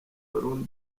ballon